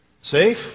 Safe